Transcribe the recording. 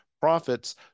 profits